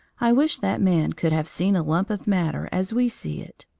i wish that man could have seen a lump of matter as we see it.